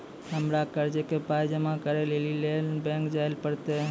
हमरा कर्जक पाय जमा करै लेली लेल बैंक जाए परतै?